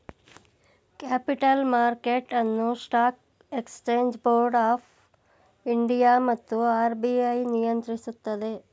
capital market ಅನ್ನು stock exchange board of India ಮತ್ತು RBI ನಿಯಂತ್ರಿಸುತ್ತದೆ